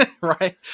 right